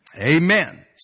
Amen